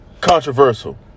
Controversial